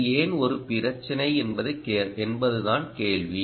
இது ஏன் ஒரு பிரச்சினை என்பதுதான் கேள்வி